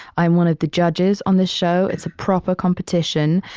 i'm one of the judges on this show. it's a proper competition.